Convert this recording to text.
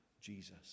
Jesus